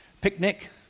picnic